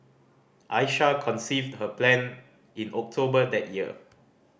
Aisha conceived her plan in October that year